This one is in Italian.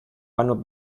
vanno